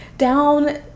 down